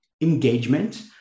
engagement